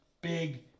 big